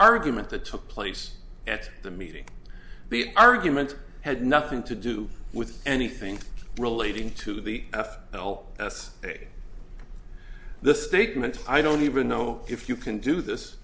argument that took place at the meeting the argument had nothing to do with anything relating to the f l s a the statement i don't even know if you can do this